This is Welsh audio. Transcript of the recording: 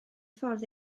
ffordd